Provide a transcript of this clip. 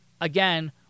Again